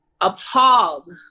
appalled